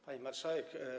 Pani Marszałek!